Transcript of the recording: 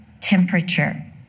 temperature